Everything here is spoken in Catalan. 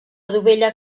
dovella